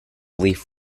leaf